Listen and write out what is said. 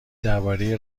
درباره